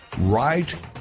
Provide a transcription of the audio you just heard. Right